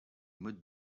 modes